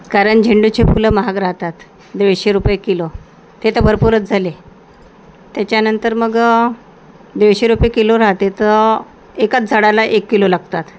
कारण झेंडूचे फुलं महाग राहतात दीडशे रुपये किलो ते तर भरपूरच झाले त्याच्यानंतर मग दीडशे रुपये किलो राहते तर एकाच झाडाला एक किलो लागतात